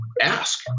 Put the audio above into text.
ask